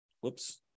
whoops